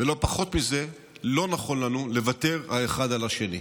ולא פחות מזה, לא נכון לנו לוותר האחד על השני.